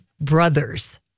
brothers